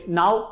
now